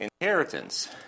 Inheritance